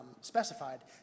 specified